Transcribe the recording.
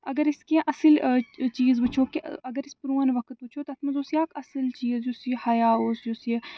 اگر أسۍ کیٚنٛہہ اصٕل چیٖز کہِ اگر أسۍ پرٛون وقت وٕچھو تَتھ منٛز اوس یہِ اکھ اصٕل چیٖز یُس یہِ حیا اوس یُس یہِ